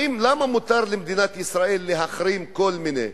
למה למדינת ישראל מותר להחרים כל מיני,